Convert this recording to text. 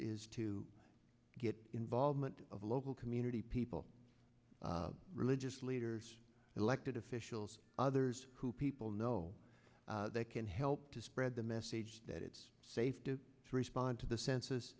is to get involvement of local community people religious leaders elected officials others who people know they can help to spread the message that it's safe to respond to the cens